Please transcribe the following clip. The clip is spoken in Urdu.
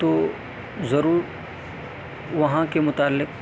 تو ضرور وہاں کے متعلق